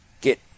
get